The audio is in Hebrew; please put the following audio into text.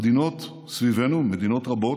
המדינות סביבנו, מדינות רבות,